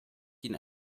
ihnen